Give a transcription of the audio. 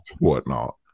whatnot